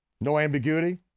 no ambiguity.